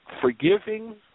forgiving